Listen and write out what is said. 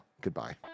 Goodbye